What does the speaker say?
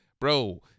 Bro